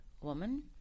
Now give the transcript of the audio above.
woman